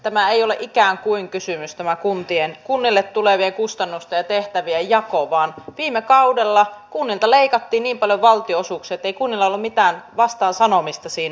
tämä ei ole ikään kuin kysymys tämä kunnille tulevien kustannusten ja tehtävien jako vaan viime kaudella kunnilta leikattiin niin paljon valtionosuuksia että ei kunnilla ollut vastaansanomista siinä